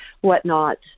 whatnot